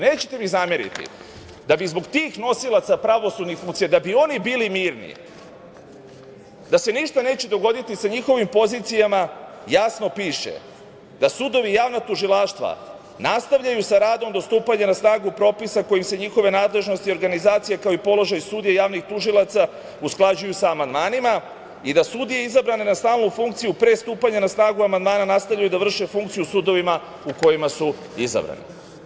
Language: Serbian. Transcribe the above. Nećete mi zameriti, da bi zbog tih nosilaca pravosudnih funkcija, da bi oni bili mirni, da se ništa neće dogoditi sa njihovim pozicijama, jasno piše da sudovi i javna tužilaštva nastavljaju sa radom do stupanja na snagu propisa kojim se njihove nadležnosti, organizacije, kao i položaj sudija, javnih tužilaca usklađuju sa amandmanima i da sudije izabrane na stalnu funkciju pre stupanja na snagu amandmana nastavljaju da vrše funkciju u sudovima u kojima su izabrani.